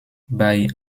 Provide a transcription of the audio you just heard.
bei